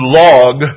log